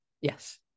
Yes